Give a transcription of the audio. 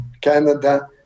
Canada